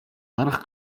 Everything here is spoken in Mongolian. гарах